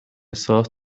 sore